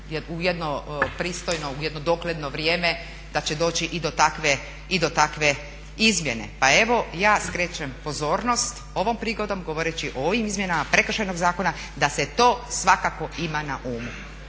o nužnosti dakle u jedno dogledno vrijeme da će doći i do takve izmjene. Pa evo ja skrećem pozornost ovom prigodom govoreći o ovim izmjenama Prekršajnog zakona da se to svakako ima na umu.